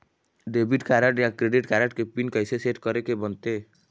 Debit card या credit card के PIN कइसे सेट करे के बनते?